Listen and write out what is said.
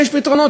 יש פתרונות,